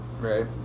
Right